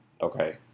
okay